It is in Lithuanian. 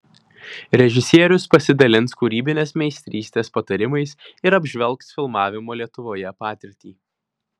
režisierius pasidalins kūrybinės meistrystės patarimais ir apžvelgs filmavimo lietuvoje patirtį